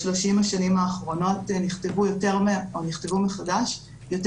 ב-30 השנים האחרונות נכתבו מחדש יותר